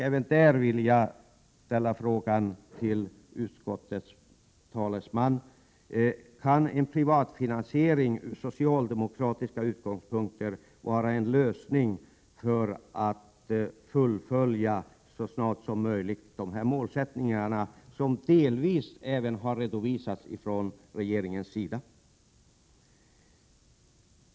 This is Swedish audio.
Även där vill jag ställa frågan till utskottets talesman: Kan en privat finansiering från socialdemokratiska utgångspunkter vara en lösning för att så snart som möjligt fullfölja de här målsättningarna, som ju delvis har redovisats från regeringens sida?